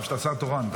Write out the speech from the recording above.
תחזור אליי.